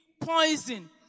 poison